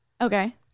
Okay